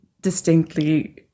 distinctly